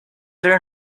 there